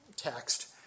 text